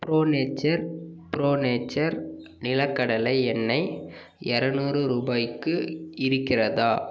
bro nature pro nature நிலக்கடலை எண்ணெய் இரநூறு ரூபாய்க்கு இருக்கிறதா